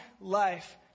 life